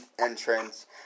entrance